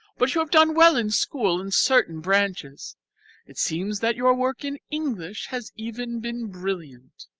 but you have done well in school in certain branches it seems that your work in english has even been brilliant.